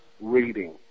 reading